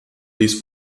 ließ